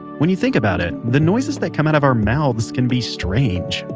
when you think about it, the noises that come out of our mouths can be strange,